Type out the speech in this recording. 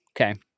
Okay